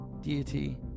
deity